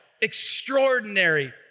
extraordinary